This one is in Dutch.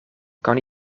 kan